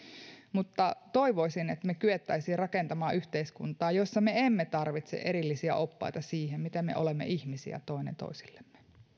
toivoisin että me kykenisimme rakentamaan yhteiskuntaa jossa me emme tarvitse erillisiä oppaita siihen miten me olemme ihmisiä toinen toisillemme